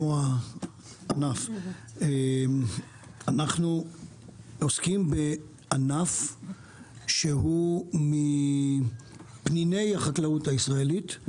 אנחנו עוסקים בענף שהוא מפניני החקלאות הישראלית,